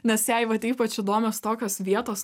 nes jai vat ypač įdomios tokios vietos